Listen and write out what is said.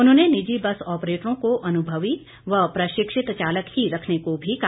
उन्होंने निजी बस ऑपरेटरों को अनुभवी व प्रशिक्षित चालक ही रखने को भी कहा